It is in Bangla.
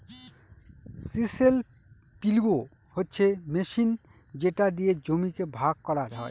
চিসেল পিলও হচ্ছে মেশিন যেটা দিয়ে জমিকে ভাগ করা হয়